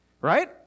Right